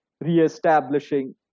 re-establishing